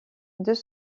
deux